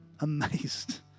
amazed